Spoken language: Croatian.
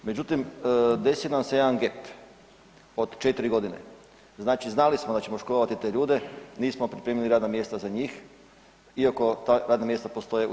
Međutim, desio nam se jedan get od 4.g., znači znali smo da ćemo školovati te ljude, nismo pripremili radna mjesta za njih iako ta radna mjesta postoje u EU.